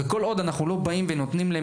וכל עוד אנחנו לא באים ונותנים להם